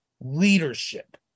leadership